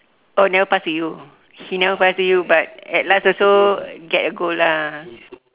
oh never pass to you he never pass to you but at last also get a gold lah